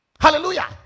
Hallelujah